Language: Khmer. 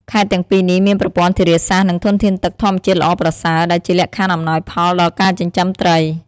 ខេត្តទាំងពីរនេះមានប្រព័ន្ធធារាសាស្ត្រ និងធនធានទឹកធម្មជាតិល្អប្រសើរ ដែលជាលក្ខខណ្ឌអំណោយផលដល់ការចិញ្ចឹមត្រី។